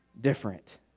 different